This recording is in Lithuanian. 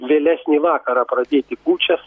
vėlesnį vakarą pradėti kūčias